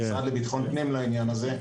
לביטחון פנים לעניין הזה.